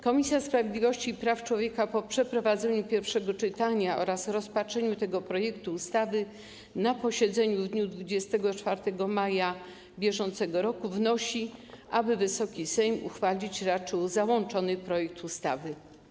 Komisja Sprawiedliwości i Praw Człowieka po przeprowadzeniu pierwszego czytania oraz rozpatrzeniu tego projektu ustawy na posiedzeniu w dniu 24 maja br. wnosi, aby Wysoki Sejm uchwalić raczył załączony projekt ustawy.